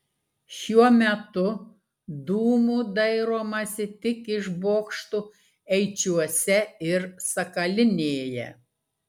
šiuo metu dūmų dairomasi tik iš bokštų eičiuose ir sakalinėje